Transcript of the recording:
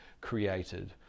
created